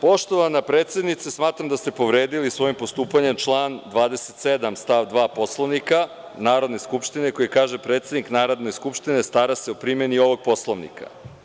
Poštovana predsednice, smatram da ste povredili svojim postupanjem član 27. stav 2. Poslovnika Narodne skupštine koji kaže – predsednik Narodne skupštine stara se o primeni ovog poslovnika.